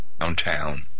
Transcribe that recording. downtown